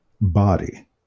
body